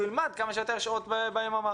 שהוא ילמד כמה שיותר שעות ביממה.